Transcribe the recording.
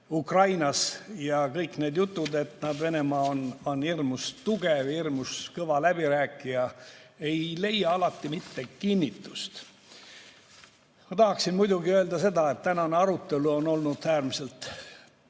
Ukrainas. Ja kõik need jutud, et Venemaa on hirmus tugev, hirmus kõva läbirääkija, ei leia alati mitte kinnitust. Ma tahan muidugi öelda veel seda, et tänane arutelu on olnud äärmiselt